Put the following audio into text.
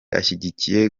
ashyigikiye